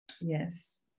Yes